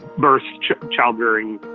birth and childbearing.